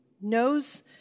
knows